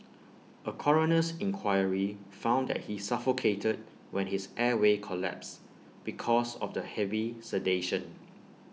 A coroner's inquiry found that he suffocated when his airway collapsed because of the heavy sedation